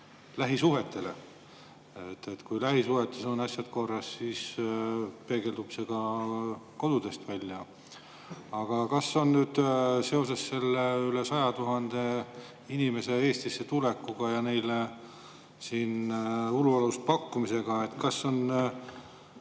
lähisuhetele. Kui lähisuhetes on asjad korras, siis peegeldub see kodudest välja. Kas nüüd on seoses üle 100 000 inimese Eestisse tulekuga ja neile siin ulualuse pakkumisega olnud